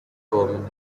gorman